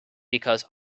because